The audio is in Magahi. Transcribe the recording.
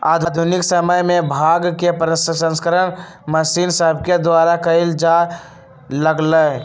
आधुनिक समय में भांग के प्रसंस्करण मशीन सभके द्वारा कएल जाय लगलइ